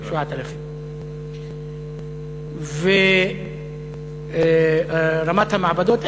7,000. רמת המעבדות,